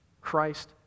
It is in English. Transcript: Christ